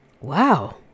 Wow